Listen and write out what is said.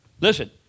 Listen